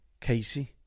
casey